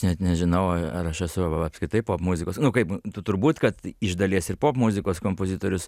net nežinau ar aš esu apskritai popmuzikos nu kaip tu turbūt kad iš dalies ir popmuzikos kompozitorius